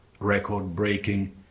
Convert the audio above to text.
record-breaking